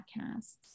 podcasts